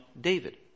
David